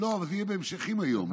לא, אבל זה יהיה בהמשכים היום.